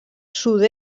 sud